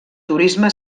turisme